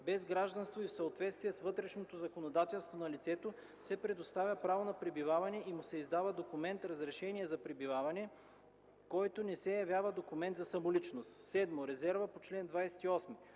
без гражданство и в съответствие с вътрешното законодателство на лицето се предоставя право на пребиваване и му се издава документ „Разрешение за пребиваване”, който не се явява документ за самоличност.” 7. Резерва по чл. 28: